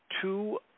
two